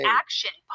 action